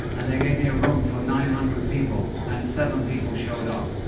and they gave me a room for nine hundred people and seven people showed up.